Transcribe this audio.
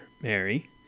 mary